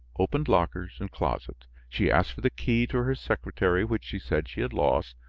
opened lockers and closets. she asked for the key to her secretary which she said she had lost.